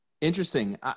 Interesting